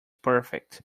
perfect